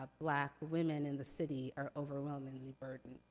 ah black women in the city are overwhelmingly burdened.